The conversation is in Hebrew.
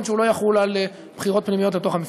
שהוא לא יחול על בחירות פנימיות בתוך המפלגות.